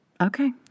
Okay